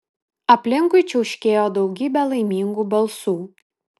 aplinkui čiauškėjo daugybė laimingų balsų